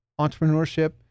entrepreneurship